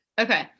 Okay